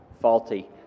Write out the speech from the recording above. faulty